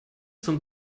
zum